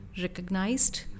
recognized